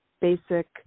basic